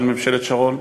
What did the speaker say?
של ממשלת שרון,